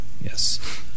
yes